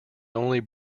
only